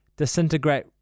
disintegrate